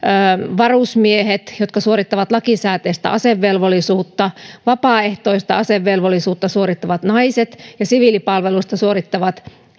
varusmiehet jotka suorittavat lakisääteistä asevelvollisuutta vapaaehtoista asevelvollisuutta suorittavat naiset ja siviilipalvelusta suorittavat